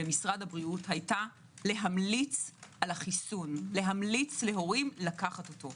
למשרד הבריאות היתה להמליץ להורים לקחת את החיסון.